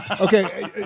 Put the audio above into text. Okay